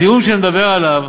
הזיהום שאני מדבר עליו,